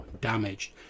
damaged